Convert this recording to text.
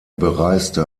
bereiste